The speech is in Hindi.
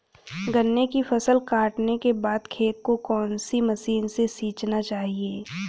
गन्ने की फसल काटने के बाद खेत को कौन सी मशीन से सींचना चाहिये?